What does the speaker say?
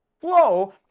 flow